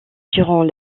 durant